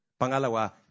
Pangalawa